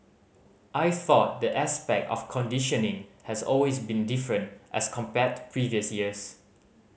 I thought the aspect of conditioning has always been different as compared to previous years